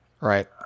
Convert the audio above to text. Right